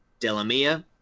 Delamia